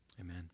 Amen